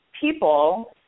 people